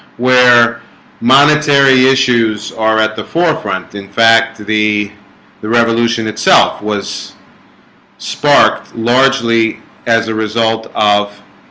where monetary issues are at the forefront in fact the the revolution itself was sparked largely as a result of